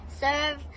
serve